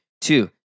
Two